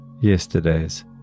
yesterday's